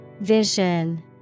Vision